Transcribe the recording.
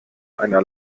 einer